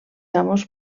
amos